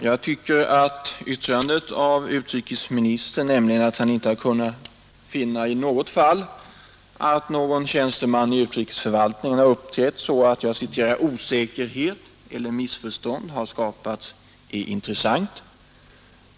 Herr talman! Jag tycker att utrikesministerns yttrande att han inte kunnat finna att någon tjänsteman i utrikesförvaltningen uppträtt så att ”osäkerhet eller missförstånd” har skapats är intressant.